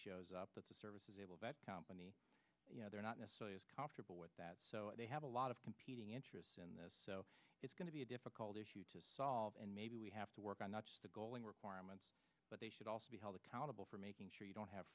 shows up at the service is able that company you know they're not necessarily as comfortable with that so they have a lot of competing interests and this is going to be a difficult issue to solve and maybe we have to work on the golan requirements but they should also be held accountable for making sure you don't have